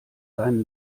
seinen